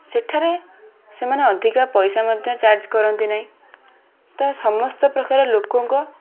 ସେଠାରେ ସେମାନେ ଅଧିକା ପଇସା ମଧ୍ୟ ଚାର୍ଜ୍ କରନ୍ତି ନାହିଁ ତ ସମସ୍ତପ୍ରକାର ଲୋକଙ୍କ